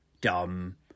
dumb